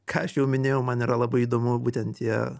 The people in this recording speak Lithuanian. ką aš jau minėjau man yra labai įdomu būtent tie